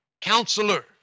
Counselor